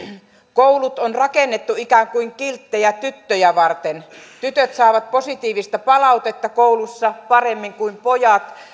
koulut on rakennettu ikään kuin kilttejä tyttöjä varten tytöt saavat positiivista palautetta koulussa paremmin kuin pojat